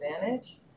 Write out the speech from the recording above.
Advantage